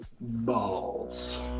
balls